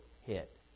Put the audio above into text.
hit